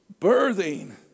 Birthing